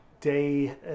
day